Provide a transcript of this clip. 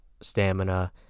stamina